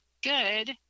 good